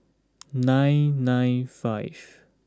nine nine five